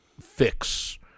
fix